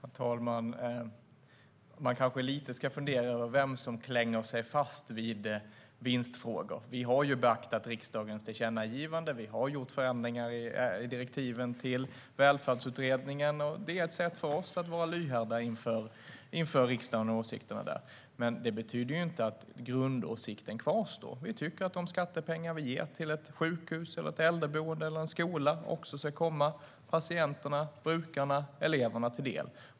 Herr talman! Man kanske ska fundera lite över vem som klänger sig fast vid vinstfrågor. Vi har beaktat riksdagens tillkännagivande och gjort förändringar i direktiven till Välfärdsutredningen. Det är ett sätt för oss att vara lyhörda för riksdagens åsikt. Grundåsikten kvarstår dock. Vi tycker att de skattepengar vi ger till ett sjukhus, till ett äldreboende eller till en skola ska komma patienterna, brukarna och eleverna till del.